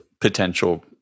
potential